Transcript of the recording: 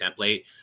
template